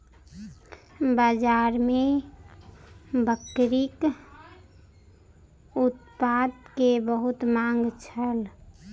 बाजार में बकरीक उत्पाद के बहुत मांग छल